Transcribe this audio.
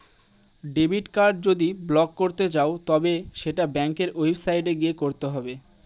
debit card যদি block করতে চাও তবে সেটা ব্যাঙ্কের ওয়েবসাইটে গিয়ে করতে হবে